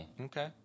Okay